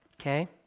Okay